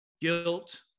Guilt